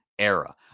Era